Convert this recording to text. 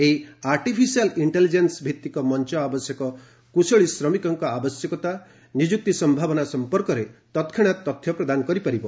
ଏହି artificial intelligence ଭିତ୍ତିକ ମଞ୍ଚ ଆବଶ୍ୟକ କୁଶଳୀ ଶ୍ରମିକଙ୍କ ଆବଶ୍ୟକତା ନିଯୁକ୍ତି ସମ୍ଭାବନା ସଂପର୍କରେ ତତ୍କ୍ଷଣାତ ତଥ୍ୟ ପ୍ରଦାନ କରିପାରିବ